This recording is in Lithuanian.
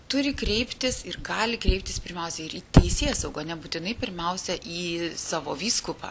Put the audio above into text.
turi kreiptis ir gali kreiptis pirmiausia ir į teisėsaugą nebūtinai pirmiausia į savo vyskupą